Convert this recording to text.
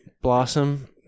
Blossom